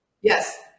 Yes